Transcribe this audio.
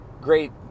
great